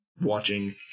watching